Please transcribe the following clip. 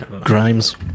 Grimes